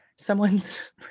Someone's